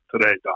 today